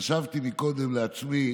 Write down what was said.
חשבתי קודם לעצמי